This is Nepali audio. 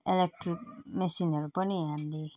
इलेक्ट्रिक मेसिनहरू पनि हामीले